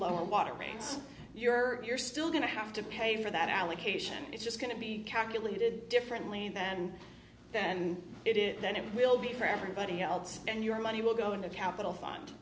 lower water rates you're still going to have to pay for that allocation it's just going to be calculated differently then then it is then it will be for everybody else and your money will go into capital fund